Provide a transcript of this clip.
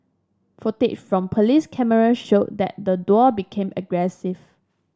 footage from police cameras showed that the duo became aggressive